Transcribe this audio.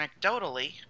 anecdotally